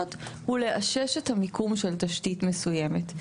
הוא לאשש את המיקום של תשתית מסוימת.